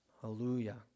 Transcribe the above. Hallelujah